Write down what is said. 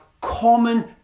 common